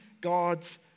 God's